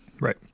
Right